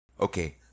okay